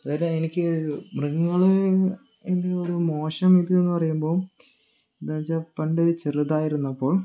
അതുപോലെ എനിക്ക് മൃഗങ്ങളോട് മോശം ഇത്ന്ന് പറയുമ്പോൾ എന്താന്ന് വെച്ചാൽ പണ്ട് ചെറുതായിരുന്നപ്പോൾ